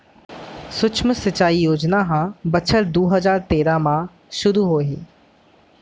सुक्ष्म सिंचई योजना ह बछर दू हजार तेरा म सुरू होए हे